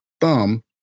thumb